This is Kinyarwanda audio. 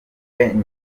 albion